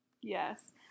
yes